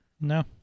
No